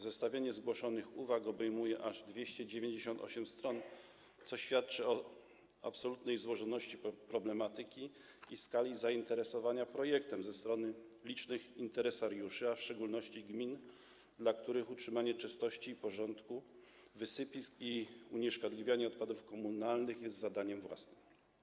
Zestawienie zgłoszonych uwag obejmuje aż 298 stron, co świadczy o absolutnej złożoności problematyki i skali zainteresowania projektem ze strony licznych interesariuszy, a w szczególności gmin, dla których utrzymanie czystości i porządku na wysypiskach i unieszkodliwianie odpadów komunalnych stanowi zadanie własne.